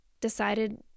decided